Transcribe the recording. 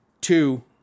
two